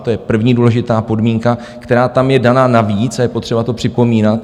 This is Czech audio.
To je první důležitá podmínka, která tam je daná navíc, a je potřeba to připomínat.